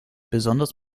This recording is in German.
besonders